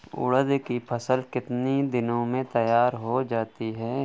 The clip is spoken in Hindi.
उड़द की फसल कितनी दिनों में तैयार हो जाती है?